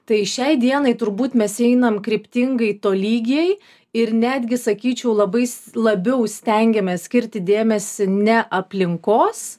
tai šiai dienai turbūt mes einam kryptingai tolygiai ir netgi sakyčiau labai labiau stengiamės skirti dėmesį ne aplinkos